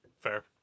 Fair